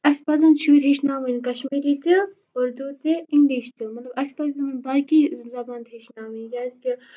اَسہِ پَزَن شُرۍ ہیٚچناوٕنۍ کشمیری تہِ اردوٗ تہِ اِنگلش تہِ مطلب اَسہِ پَزِنہٕ ؤنۍ باقٕے زبانہٕ تہِ ہیچھناوٕنۍ کیازِ کہِ